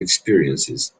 experiences